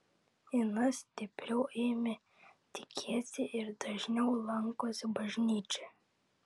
ina stipriau ėmė tikėti ir dažniau lankosi bažnyčioje